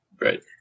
Right